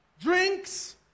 drinks